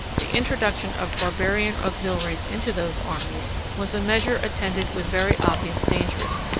the introduction of barbarian auxiliaries into those armies, was a measure attended with very obvious dangers,